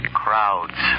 crowds